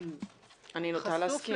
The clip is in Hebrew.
חשוף.